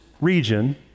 region